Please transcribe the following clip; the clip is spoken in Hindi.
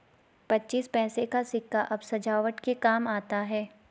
पच्चीस पैसे का सिक्का अब सजावट के काम आता है